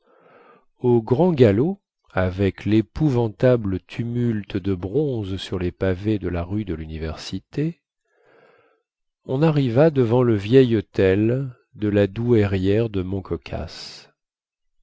au grand galop avec lépouvantable tumulte de bronze sur les pavés de la rue de luniversité on arriva devant le vieil hôtel de la douairière de